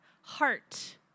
heart